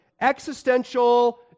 existential